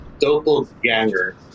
doppelganger